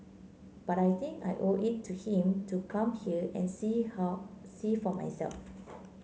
but I think I owe it to him to come here and see see for myself